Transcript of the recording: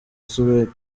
suede